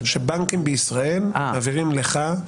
שבנקים בישראל מעבירים לך.